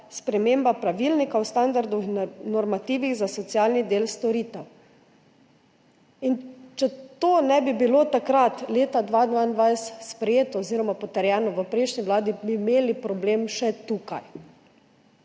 sprememba pravilnika o standardih in normativih za socialni del storitev. Če to ne bi bilo takrat leta 2022 sprejeto oziroma potrjeno v prejšnji vladi, bi imeli problem še tukaj,